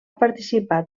participat